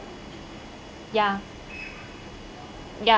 ya ya